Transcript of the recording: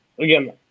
again